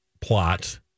plot